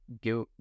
give